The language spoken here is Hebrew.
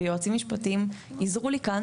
ויועצים משפטיים עיזרו לי כאן,